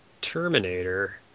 Terminator